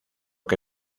que